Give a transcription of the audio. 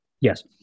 Yes